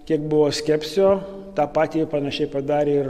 kiek buvo skepsio tą patį panašiai padarė ir